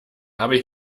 habe